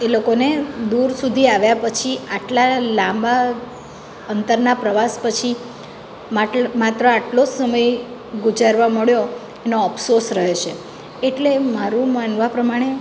એ લોકોને દૂર સુધી આવ્યા પછી આટલા લાંબા અંતરના પ્રવાસ પછી માટ માત્ર આટલો સમય ગુજારવા મળ્યો એનો અફસોસ રહે છે એટલે મારું માનવા પ્રમાણે